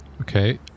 Okay